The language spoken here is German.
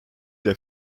der